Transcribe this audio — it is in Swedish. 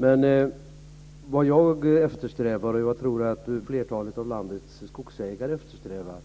Men vad jag eftersträvar, och jag tror flertalet av landets skogsägare eftersträvar,